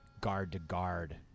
guard-to-guard